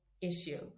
issue